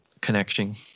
connection